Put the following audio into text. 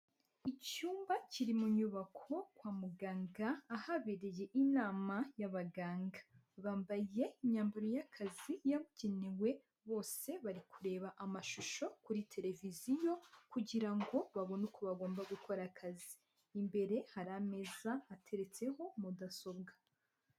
Icyumba kiri mu nyubako kwa muganga, ahabereye inama y'abaganga, bambaye imyambaro y'akazi yabugenewe, bose bari kureba amashusho kuri televiziyo kugira ngo babone uko bagomba gukora akazi, imbere hari ameza ateretseho mudasobwa.